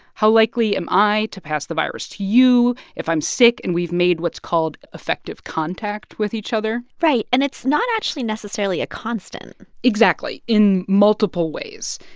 how likely am i to pass the virus to you if i'm sick and we've made what's called effective contact with each other right. and it's not actually necessarily a constant exactly. in multiple ways.